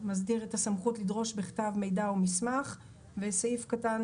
מסדיר את הסמכות לדרוש בכתב מידע או מסמך וסעיף קטן